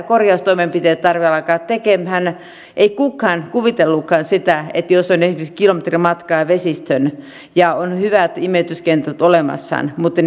korjaustoimenpiteitä tarvitse alkaa tekemään ei kukaan kuvitellutkaan sitä että jos on esimerkiksi kilometri matkaa vesistöön ja on hyvät imeytyskentät olemassa mutta